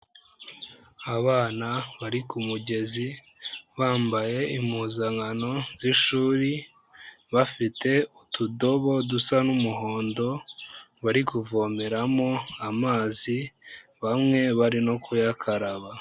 Abana bari ku mugezi, bambaye impuzankano z'ishuri, bafite utudobo dusa n'umuhondo, bari kuvomeramo amazi, bamwe bari no kuyakaraba.